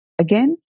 Again